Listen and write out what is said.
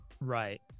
Right